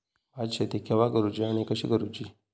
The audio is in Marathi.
भात शेती केवा करूची आणि कशी करुची?